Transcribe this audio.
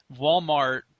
Walmart